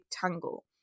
tangle